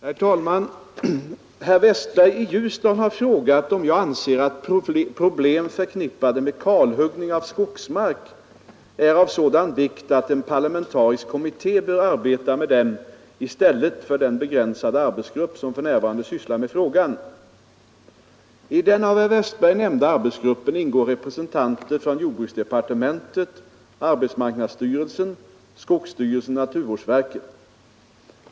Herr talman! Herr Westberg i Ljusdal har frågat om jag anser att problem förknippade med kalhuggning av skogsmark är av sådan vikt, att en parlamentarisk kommitté bör arbeta med dem i stället för den begränsade arbetsgrupp, som för närvarande sysslar med frågan. I den av herr Westberg nämnda arbetsgruppen ingår representanter från jordbruksdepartementet, arbetsmarknadsstyrelsen, skogsstyrelsen och naturvårdsverket.